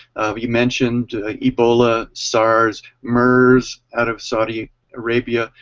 you mentioned ebola, sars, mers, out of saudi arabia,